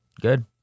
Good